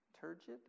turgid